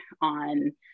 on